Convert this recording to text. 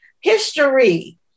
history